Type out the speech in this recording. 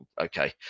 okay